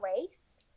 race